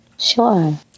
Sure